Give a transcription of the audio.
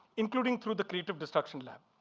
including through the creative destruction lab.